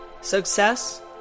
success